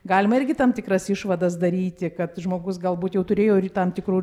galima irgi tam tikras išvadas daryti kad žmogus galbūt jau turėjo ir tam tikrų